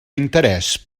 interès